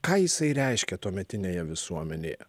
ką jisai reiškė tuometinėje visuomenėje